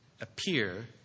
appear